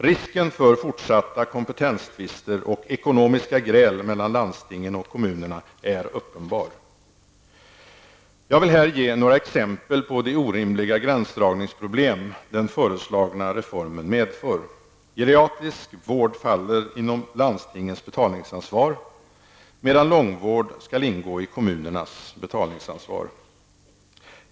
Risken för fortsatta kompetenstvister och ekonomiska gräl mellan landstinget och kommunerna är uppenbar. Jag vill här ge några exempel på de orimliga gränsdragningsproblem den föreslagna reformen medför: Geriatrisk vård faller inom landstingets betalningsansvar, medan långvård skall ingå i kommunernas betalningsansvar.